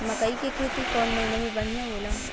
मकई के खेती कौन महीना में बढ़िया होला?